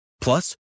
Plus